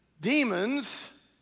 demons